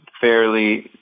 fairly